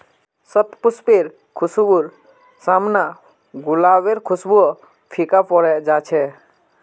शतपुष्पेर खुशबूर साम न गुलाबेर खुशबूओ फीका पोरे जा छ